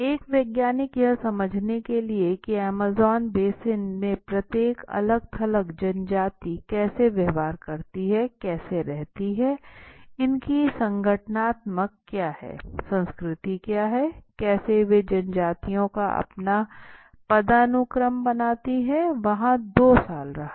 एक वैज्ञानिक यह समझने के लिए कि अमेज़ॅन बेसिन में प्रत्येक अलग थलग जनजाति कैसे व्यवहार करती है कैसे रहती है इनकी संगठनात्मक क्या है संस्कृति क्या है कैसे वे जनजातियों का अपना पदानुक्रम बनती है वहां 2 साल रहा